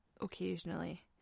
occasionally